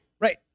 Right